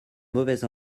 mauvaise